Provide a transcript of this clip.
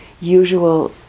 usual